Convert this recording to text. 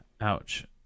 Ouch